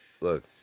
look